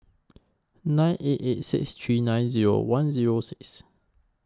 nine eight eight six three nine Zero one Zero six